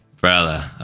Brother